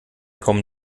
kommen